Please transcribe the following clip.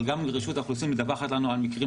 אבל גם רשות האוכלוסין מדווחת לנו על מקרים